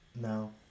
No